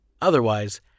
Otherwise